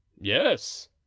yes